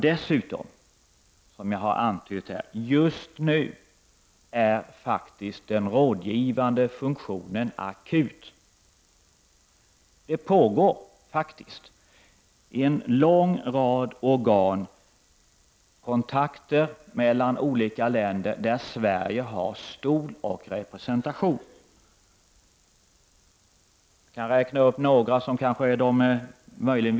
Dessutom — som jag har antytt — är den rådgivande funktionen just nu akut. Det pågår faktiskt i en lång rad organ där Sverige har stol och representation, kontakter mellan olika länder. Jag kan räkna upp några som kan vara de viktigaste.